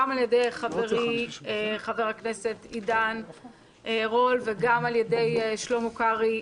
גם על ידי חברי חבר הכנסת עידן רול וגם על ידי שלמה קרעי.